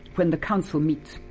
when the council meets,